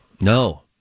no